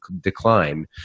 decline